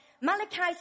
Malachi